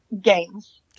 games